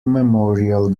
memorial